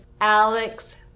Alex